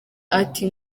ati